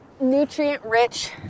nutrient-rich